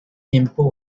tiempo